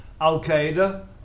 Al-Qaeda